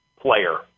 player